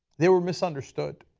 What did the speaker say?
they were misunderstood.